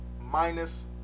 minus